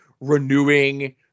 renewing